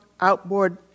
outboard